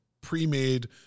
pre-made